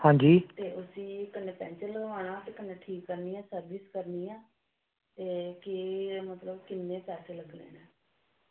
हां जी